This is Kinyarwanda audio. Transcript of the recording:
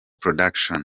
production